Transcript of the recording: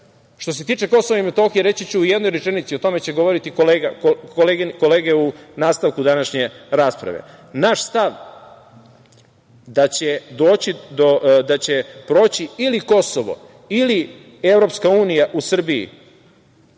se tiče KiM, reći ću u jednoj rečenici, o tome će govoriti kolege u nastavku današnje rasprave. Naš stav da će proći ili Kosovo ili EU u Srbiji